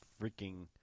freaking –